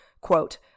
Quote